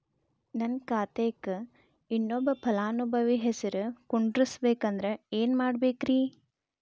ನನ್ನ ಖಾತೆಕ್ ಇನ್ನೊಬ್ಬ ಫಲಾನುಭವಿ ಹೆಸರು ಕುಂಡರಸಾಕ ಏನ್ ಮಾಡ್ಬೇಕ್ರಿ?